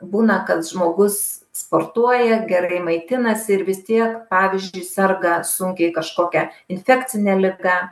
būna kad žmogus sportuoja gerai maitinasi ir vis tiek pavyzdžiui serga sunkiai kažkokia infekcine liga